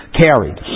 carried